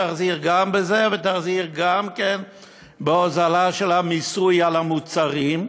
תחזיר גם בזה ותחזיר גם בהוזלה של המיסוי על המוצרים,